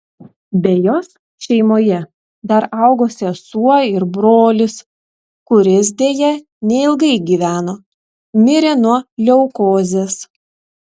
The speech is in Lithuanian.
be jos šeimoje dar augo sesuo ir brolis kuris deja neilgai gyveno mirė nuo leukozės